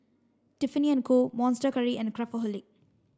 Tiffany and Co Monster Curry and Craftholic